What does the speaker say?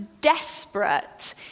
desperate